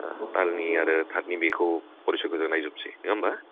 ओह थालनि आरो थाटनि बेखौ परिसयखौ जों नायजोबनोसै नङा होम्बा